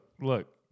look